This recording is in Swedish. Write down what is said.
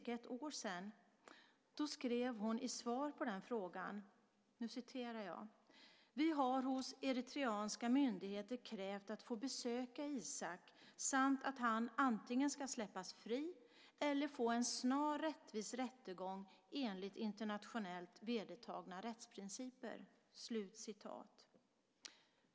Hon skrev i svaret på den frågan: Vi har hos eritreanska myndigheter krävt att få besöka Isaak samt att han antingen ska släppas fri eller få en snar rättvis rättegång enligt internationellt vedertagna rättsprinciper.